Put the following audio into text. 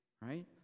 Right